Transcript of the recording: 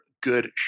good